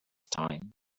time